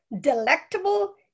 delectable